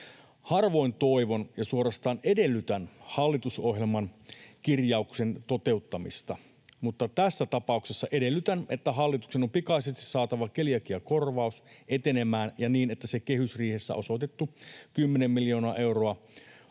Harvoin toivon ja suorastaan edellytän hallitusohjelman kirjauksen toteuttamista, mutta tässä tapauksessa edellytän, että hallituksen on pikaisesti saatava keliakiakorvaus etenemään ja niin, että se kehysriihessä osoitettu kymmenen miljoonaa euroa